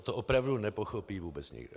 To opravdu nepochopí vůbec nikdo.